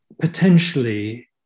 potentially